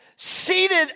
Seated